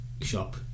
shop